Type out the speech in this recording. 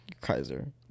Kaiser